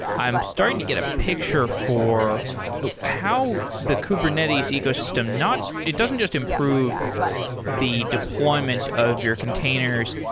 i'm starting to get a picture for how the kubernetes ecosystem not it doesn't just improve the deployment of your containers,